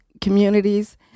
communities